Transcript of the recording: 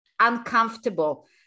uncomfortable